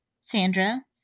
Sandra